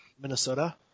Minnesota